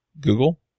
Google